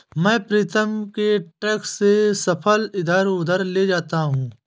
मैं प्रीतम के ट्रक से फसल इधर उधर ले जाता हूं